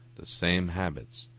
the same habits,